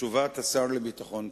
תשובת השר לביטחון פנים.